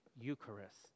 Eucharist